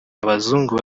abazungu